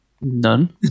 none